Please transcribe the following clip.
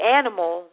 animal